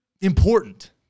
important